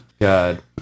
God